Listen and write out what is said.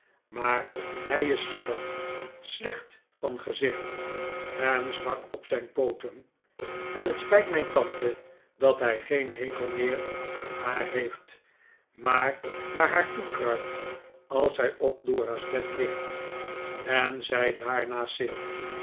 maar hij is suffig slecht van gezicht en zwak op zijn pooten en het spijt mijn tante dat hij geen hekel meer aan haar heeft maar naar haar toe kruipt als hij op dora's bed ligt en zij daarnaast zit